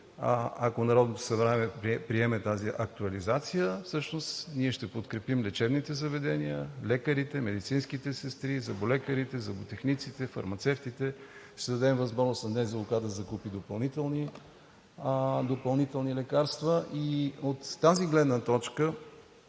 ако Народното събрание приеме тази актуализация, всъщност ние ще подкрепим лечебните заведения, лекарите, медицинските сестри, зъболекарите, зъботехниците, фармацевтите, ще дадем възможност на НЗОК да закупи допълнителни лекарства. От тази гледна точка